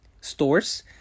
stores